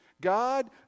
God